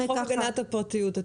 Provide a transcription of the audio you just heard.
בגלל חוק הגנת הפרטיות.